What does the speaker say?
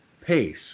pace